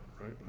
right